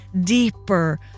deeper